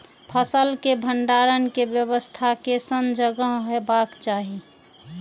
फसल के भंडारण के व्यवस्था केसन जगह हेबाक चाही?